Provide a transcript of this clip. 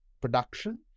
production